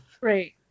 Right